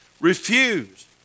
refuse